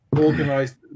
organized